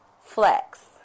flex